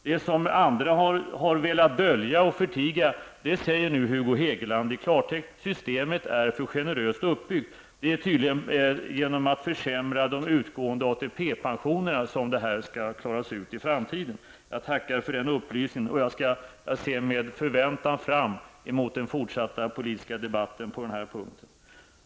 Det som andra har velat dölja och förtiga säger nu Hugo Hegeland i klartext: Systemet är för generöst uppbyggt. Det är tydligen genom att försämra de utgående ATP-pensionerna som detta skall lösas i framtiden. Jag tackar för den upplysningen, och jag ser med förväntan fram mot den fortsatta politiska debatten på den här punkten.